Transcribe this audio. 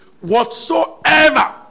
Whatsoever